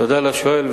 תודה לשואל.